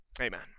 Amen